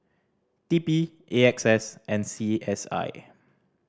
T P A X S and C S I